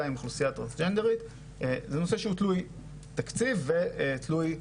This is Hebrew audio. עם אוכלוסייה טרנסג'נדרית וזה נושא שהוא תלוי תקציב ותלוי ---.